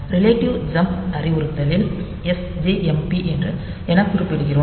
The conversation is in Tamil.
ரிலேட்டிவ் ஜம்ப் அறிவுறுத்தலில் sjmp என குறிப்பிடுகிறோம்